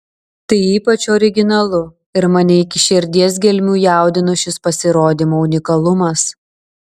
tai ypač originalu ir mane iki širdies gelmių jaudino šis pasirodymo unikalumas